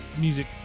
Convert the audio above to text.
music